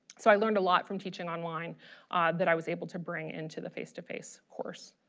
so i learned a lot from teaching online that i was able to bring into the face-to-face course.